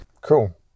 Cool